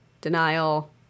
denial